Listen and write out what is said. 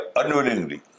unwillingly